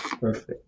Perfect